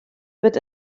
wird